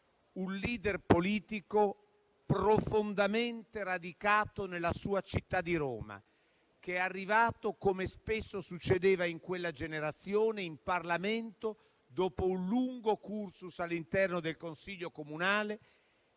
un *leader* politico profondamente radicato nella sua città, Roma, che è arrivato in Parlamento, come spesso succedeva in quella generazione, dopo un lungo *cursus* all'interno del consiglio comunale,